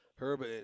Herb